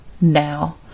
now